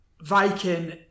Viking